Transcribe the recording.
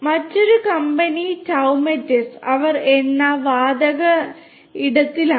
മറ്റൊരു കമ്പനി ടൌമെറ്റിസ് അവർ എണ്ണ വാതക ഇടത്തിലാണ്